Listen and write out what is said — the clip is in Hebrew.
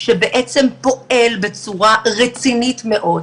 שבעצם פועל בצורה רצינית מאוד.